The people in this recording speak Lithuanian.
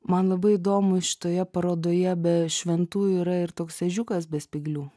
man labai įdomu šitoje parodoje be šventųjų yra ir toks ežiukas be spyglių